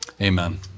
amen